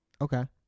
Okay